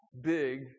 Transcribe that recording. big